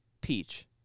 Peach